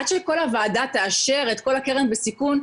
עד שכל הוועדה תאשר את הקרן בסיכון,